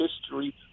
history